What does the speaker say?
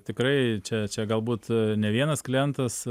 tikrai čia čia galbūt ne vienas klientas